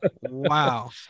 wow